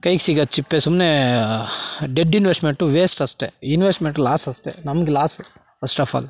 ಕೈಗೆ ಸಿಗೋದ್ ಚಿಪ್ಪೇ ಸುಮ್ಮನೆ ಡೆಡ್ ಇನ್ವೆಸ್ಟ್ಮೆಂಟು ವೇಸ್ಟ್ ಅಷ್ಟೆ ಇನ್ವೆಸ್ಟ್ಮೆಂಟ್ ಲಾಸ್ ಅಷ್ಟೆ ನಮ್ಗೆ ಲಾಸು ಫಸ್ಟ್ ಆಫ್ ಆಲ್